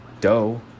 dough